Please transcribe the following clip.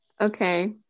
Okay